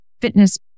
fitness